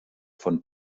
von